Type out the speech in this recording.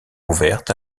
ouverte